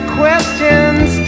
questions